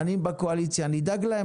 עניים בקואליציה נדאג להם,